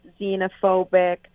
xenophobic